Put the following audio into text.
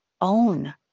Own